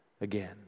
again